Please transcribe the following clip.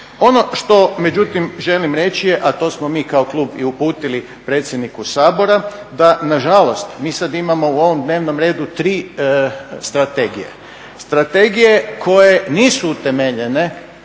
Ono što međutim želim reći je a to smo mi kao klub i uputili predsjedniku Sabora da na žalost mi sad imamo u ovom dnevnom redu tri strategije. Strategije koje nisu utemeljene